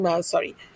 Sorry